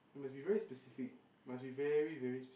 it must be very specific must be very very specific